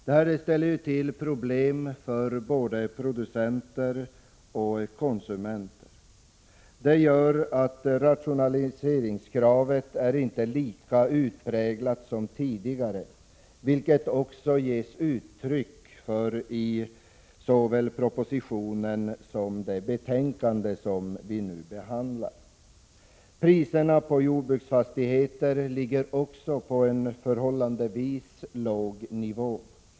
Detta ställer till problem för både producenter och konsumenter. Det gör att rationaliseringskravet inte är lika utpräglat som tidigare, vilket också getts uttryck för i såväl propositionen som det betänkande vi nu behandlar. Priserna på jordbruksfastigheter ligger på en förhållandevis låg nivå.